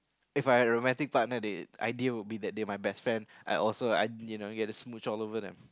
If I had a romantic partner the ideal will be that they my best friend I also I you know get to smooch all over them